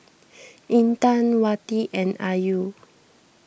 Intan Wati and Ayu